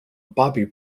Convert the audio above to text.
bobby